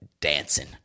dancing